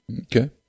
Okay